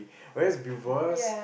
where's be for us